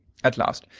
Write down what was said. at last,